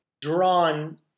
drawn